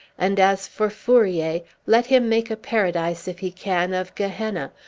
and as for fourier, let him make a paradise, if he can, of gehenna,